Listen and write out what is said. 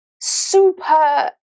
super